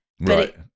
right